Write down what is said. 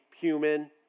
human